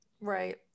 right